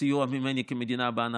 סיוע ממני כמדינה בהנחה.